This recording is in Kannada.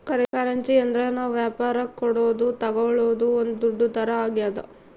ಕರೆನ್ಸಿ ಅಂದ್ರ ನಾವ್ ವ್ಯಾಪರಕ್ ಕೊಡೋದು ತಾಗೊಳೋದು ಒಂದ್ ದುಡ್ಡು ತರ ಆಗ್ಯಾದ